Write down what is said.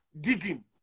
digging